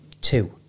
two